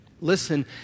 listen